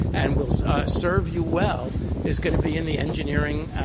and will so ah serve you well is going to be in the engineering,